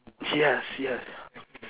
yes yes